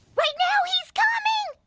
right now, he's coming!